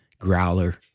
Growler